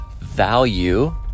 value